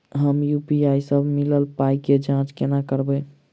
हम यु.पी.आई सअ मिलल पाई केँ जाँच केना करबै?